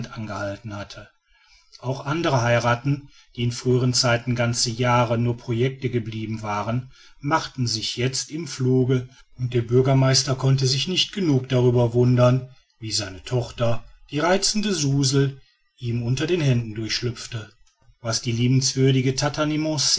angehalten hatte auch andere heiraten die in früheren zeiten ganze jahre nur project geblieben waren machten sich jetzt im fluge und der bürgermeister konnte sich nicht genug darüber wundern wie seine tochter die reizende suzel ihm unter den händen durchschlüpfte was die liebenswürdige